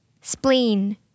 Spleen